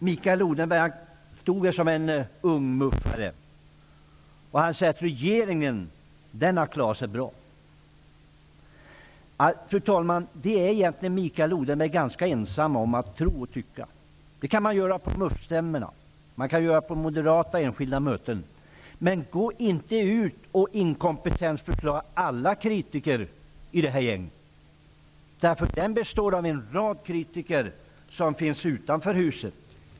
Mikael Odenberg stod här i talarstolen som en ''ungmuffare'' och sade att regeringen har klarat sig bra. Det är Mikael Odenberg ganska ensam om att tro och tycka. Det kan man tycka på MUF-stämmorna och på moderata enskilda möten, men man skall inte gå ut och inkompetensförklara alla kritiker i det här gänget. Det finns också en rad kritiker utanför huset.